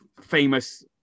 famous